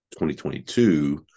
2022